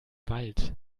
wald